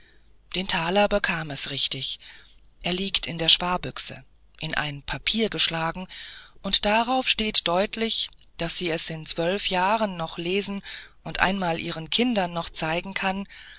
den taler bekam es richtig er liegt in der sparbüchse in ein papier geschlagen und darauf steht deutlich daß sie es in zwölf jahren noch lesen und einmal ihren kindern noch zeigen kann